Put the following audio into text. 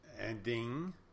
ending